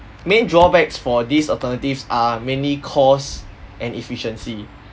main drawbacks for these alternatives are mainly costs and efficiency